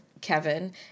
Kevin